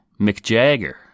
McJagger